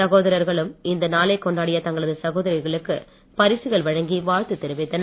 சகோதரர்களும் இந்த நாளை கொண்டாடிய தங்களது சகோதரர்களுக்கு பரிசுகள் வழங்கி வாழ்த்து தெரிவித்தனர்